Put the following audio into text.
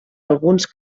alguns